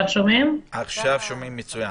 טוב.